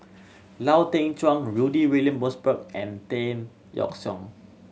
Lau Teng Chuan Rudy William Mosbergen and Tan Yeok Seong